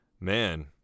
Man